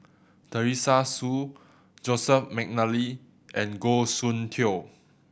Teresa Hsu Joseph McNally and Goh Soon Tioe